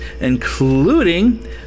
including